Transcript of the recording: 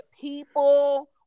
people